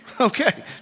Okay